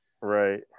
right